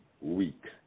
Week